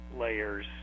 layers